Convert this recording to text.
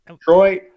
Troy